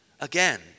Again